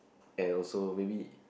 and also maybe